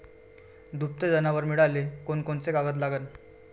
दुभते जनावरं मिळाले कोनकोनचे कागद लागन?